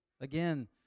Again